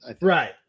Right